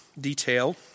detail